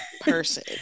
person